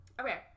okay